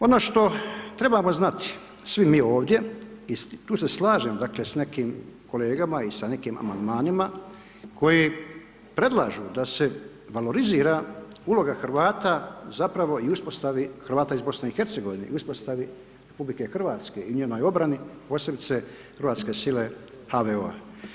Ono što trebamo znati svi mi ovdje i tu se slažem dakle, s nekim kolegama i sa nekim amandmanima koji predlažu da se valorizira uloga Hrvata zapravo i uspostavi Hrvata iz BIH i uspostavi RH i njenoj obrani, posebice hrvatske sile HVO-a.